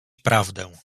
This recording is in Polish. prawdę